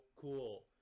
cool